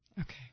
Okay